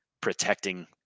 protecting